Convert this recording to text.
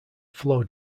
flow